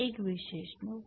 एक विशेष नोड